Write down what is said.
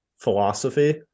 philosophy